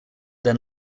then